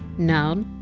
noun,